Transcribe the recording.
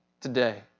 today